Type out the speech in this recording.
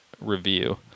review